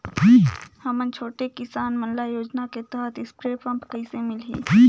हमन छोटे किसान मन ल योजना के तहत स्प्रे पम्प कइसे मिलही?